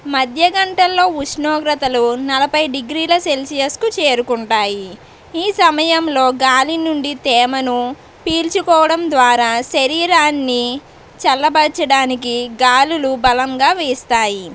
మధ్యగంటలో ఉషోగ్రతలు నలభై డిగ్రీల సెల్సియస్కు చేరుకుంటాయి ఈ సమయంలో చేరుకుంటాయి గాలి నుండి తేమను పీల్చుకోవడం ద్వారా శరీరాన్ని చల్ల బరచడానికి గాలులు బలంగా వీస్తాయి